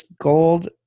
gold